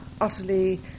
utterly